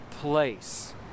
place